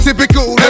Typical